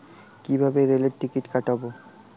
কিভাবে রেলের টিকিট কাটব?